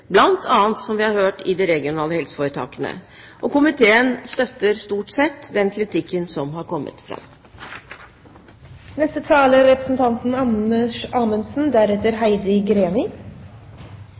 sektorer, som vi har hørt, bl.a. i de regionale helseforetakene, og komiteen støtter stort sett den kritikken som har kommet fram. Det er ikke nødvendig å forlenge denne debatten særlig mye lenger fordi saksordføreren og representanten